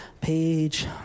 Page